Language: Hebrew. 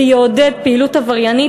זה יעודד פעילות עבריינית,